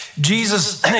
Jesus